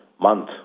month